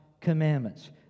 commandments